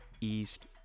East